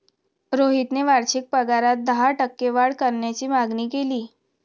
रोहितने वार्षिक पगारात दहा टक्के वाढ करण्याची मागणी केली